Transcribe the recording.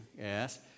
yes